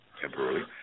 temporarily